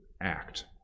act